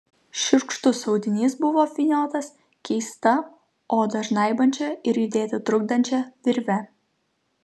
šiurkštus audinys buvo apvyniotas keista odą žnaibančia ir judėti trukdančia virve